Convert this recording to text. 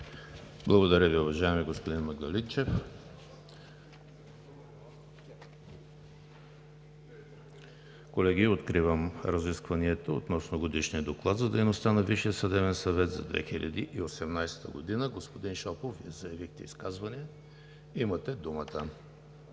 Благодаря Ви, уважаеми господин Магдалинчев. Колеги, откривам разискванията относно Годишния доклад за дейността на Висшия съдебен съвет за 2018 г. Господин Шопов, заявихте изказване – имате думата.